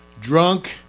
Drunk